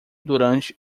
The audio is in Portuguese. durante